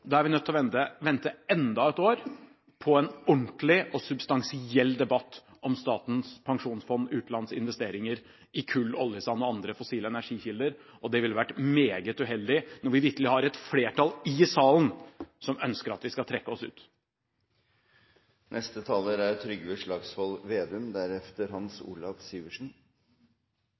Da er vi nødt til å vente enda et år på en ordentlig og substansiell debatt om Statens pensjonsfond utlands investeringer i kull, oljesand og andre fossile energikilder, og det ville vært meget uheldig, når vi vitterlig har et flertall i salen som ønsker at vi skal trekke oss ut.